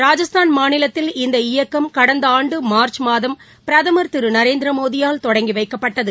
ராஜஸ்தான் மாநிலத்தில் இந்த இயக்கம் கடந்த ஆண்டு மார்ச் மாதம் பிரதமர் திரு நரேந்திரமோடியால் தொடங்கி வைக்கப்பட்டது